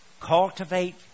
cultivate